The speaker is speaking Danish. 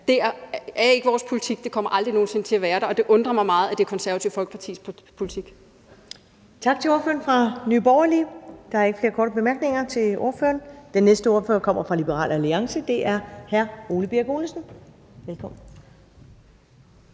Det er ikke vores politik, og det kommer aldrig nogen sinde til at være det, og det undrer mig meget, at det er Det Konservative Folkepartis politik.